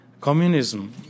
Communism